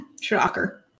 Shocker